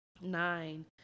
nine